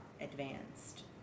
advanced